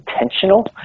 intentional